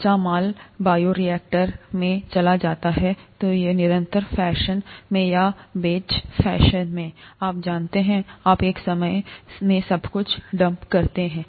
कच्चI माल बायोरिएक्टर में चला जाता है या तो निरंतर फैशन में या बैच फैशन में आप जानते हैं आप एक समय में सब कुछ डंप करते हैं